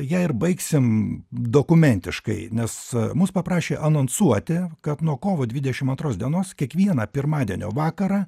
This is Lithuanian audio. ją ir baigsim dokumentiškai nes mus paprašė anonsuoti kad nuo kovo dvidešimt antros dienos kiekvieną pirmadienio vakarą